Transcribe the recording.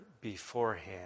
beforehand